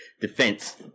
defense